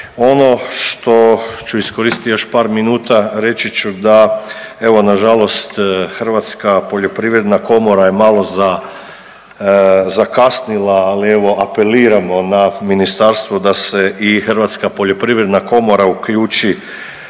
Ono što ću iskoristiti još par minuta reći ću da evo nažalost Hrvatska poljoprivredna komora je malo zakasnila, ali evo apeliramo na ministarstvo da se i Hrvatska poljoprivredna komora uključi